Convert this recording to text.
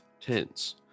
tense